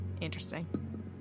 Interesting